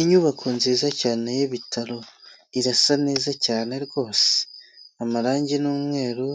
Inyubako nziza cyane y'ibitaro, irasa neza cyane rwose amarange n'umweru,